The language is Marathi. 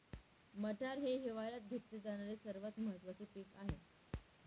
मटार हे हिवाळयात घेतले जाणारे सर्वात महत्त्वाचे पीक आहे